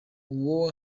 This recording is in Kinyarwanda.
ubwo